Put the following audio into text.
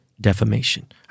defamation